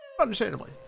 Understandably